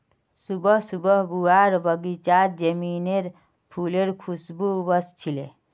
सुबह सुबह बुआर बगीचात जैस्मीनेर फुलेर खुशबू व स छिले